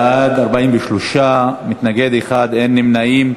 בעד, 43, מתנגד אחד, אין נמנעים.